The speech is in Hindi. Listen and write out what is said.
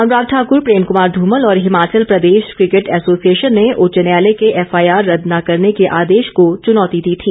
अनुराग ठाकुर प्रेम कुमार धूमल और हिमाचल प्रदेश क्रिकेट एसोसिएशन ने उच्च न्यायालय के एफआईआर रद्द न करने के आदेश को चुनौती दी थी